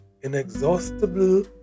inexhaustible